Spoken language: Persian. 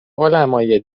علمای